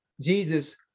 Jesus